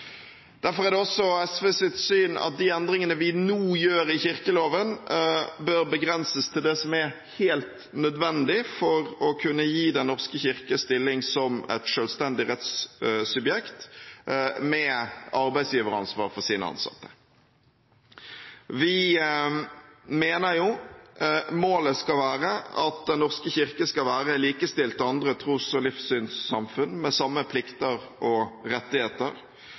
Derfor er det også SVs syn at de endringene vi nå gjør i kirkeloven, bør begrenses til det som er helt nødvendig for å kunne gi Den norske kirke stilling som et selvstendig rettssubjekt med arbeidsgiveransvar for sine ansatte. Vi mener målet skal være at Den norske kirke skal være likestilt med andre tros- og livssynssamfunn, med samme plikter og rettigheter,